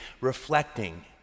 reflecting